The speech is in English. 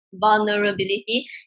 vulnerability